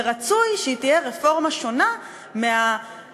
ורצוי שהיא תהיה רפורמה שונה מחמש-שש-שבע,